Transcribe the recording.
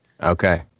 okay